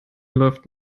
läuft